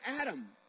Adam